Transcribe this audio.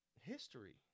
History